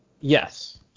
yes